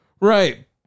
Right